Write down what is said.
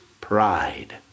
pride